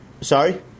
Sorry